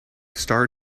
star